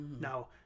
Now